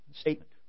statement